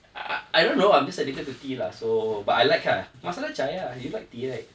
I I don't know I'm just addicted to tea lah so but I like ah masala chai ah you like tea right